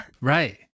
Right